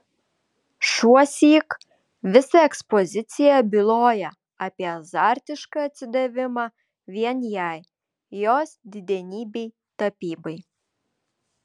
šiuosyk visa ekspozicija byloja apie azartišką atsidavimą vien jai jos didenybei tapybai